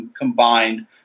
combined